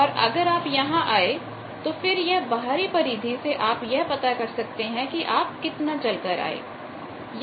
और अगर आप यहां आए तो फिर यह बाहरी परिधि से आप यह पता कर सकते हैं कि आप कितना चलकर आए हैं